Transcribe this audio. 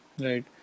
right